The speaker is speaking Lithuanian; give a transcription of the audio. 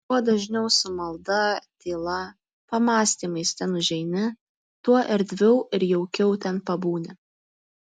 kuo dažniau su malda tyla pamąstymais ten užeini tuo erdviau ir jaukiau ten pabūni